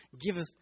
giveth